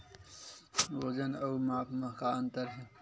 वजन अउ माप म का अंतर हे?